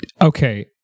Okay